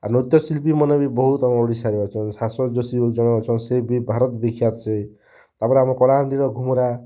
ଆଉ ନୃତ୍ୟଶିଳ୍ପୀ ମାନେ ବି ବହୁତ୍ ଆମର୍ ଓଡ଼ିଶାରେ ଅଛନ୍ ଶାଶ୍ଵତ୍ ଜୋଶୀ ବୋଲି ଜଣେ ଅଛନ୍ ସିଏ ବି ଭାରତ୍ ବିଖ୍ୟାତ୍ ସେ ତା'ର୍ପରେ ଆମର୍ କଳାହାଣ୍ଡିର ଘୁମୁରା